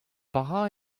petra